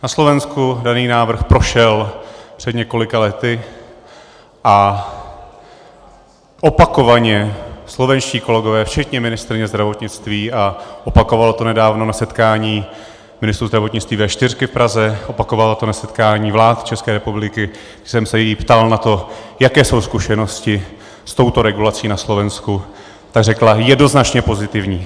Na Slovensku daný návrh prošel před několika lety a opakovaně slovenští kolegové včetně ministryně zdravotnictví, a opakovala to nedávno na setkání ministrů zdravotnictví V4 v Praze, opakovala to na setkání vlád České republiky, kdy jsem se jí ptal na to, jaké jsou zkušenosti s touto regulací na Slovensku, tak řekla, jednoznačně pozitivní.